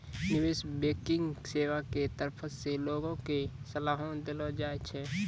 निबेश बैंकिग सेबा के तरफो से लोगो के सलाहो देलो जाय छै